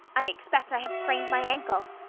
i expect i have sprained my ankle.